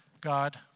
God